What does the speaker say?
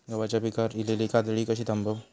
गव्हाच्या पिकार इलीली काजळी कशी थांबव?